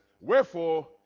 wherefore